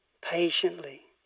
patiently